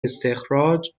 استخراج